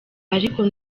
ariko